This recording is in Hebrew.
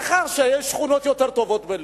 מאחר שיש שכונות יותר טובות בלוד,